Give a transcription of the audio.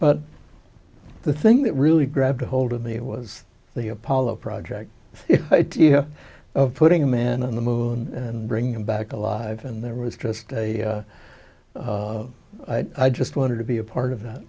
but the thing that really grabbed hold of me was the apollo project idea of putting a man on the moon and bringing him back alive and there was just a i just wanted to be a part of that